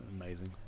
amazing